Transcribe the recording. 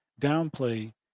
downplay